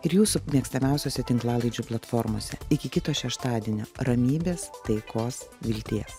ir jūsų mėgstamiausiose tinklalaidžių platformose iki kito šeštadienio ramybės taikos vilties